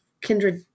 kindred